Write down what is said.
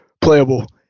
playable